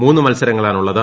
മൂന്ന് മത്സരങ്ങളാണ് ഉള്ളത്